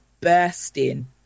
bursting